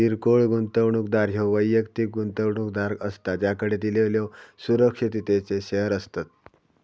किरकोळ गुंतवणूकदार ह्यो वैयक्तिक गुंतवणूकदार असता ज्याकडे दिलेल्यो सुरक्षिततेचो शेअर्स असतत